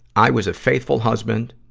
i was a faithful husband,